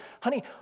honey